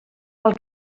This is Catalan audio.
pel